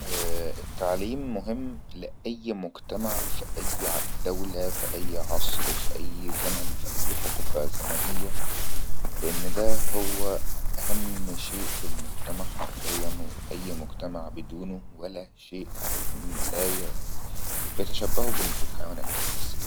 ءءءالتعليم مهم لأي مجتمع في أي دولة في أي عصر في أي زمن في أي حقبة زمنية لأن دا هو أهم شيء في المجتمع حرفيانو أي مجتمع بدونه ولا شيء ما يتشبه بالحيوانات بس كده